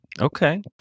okay